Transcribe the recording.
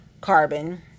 carbon